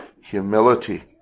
humility